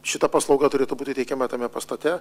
šita paslauga turėtų būti teikiama tame pastate